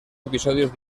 episodios